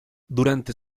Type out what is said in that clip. durante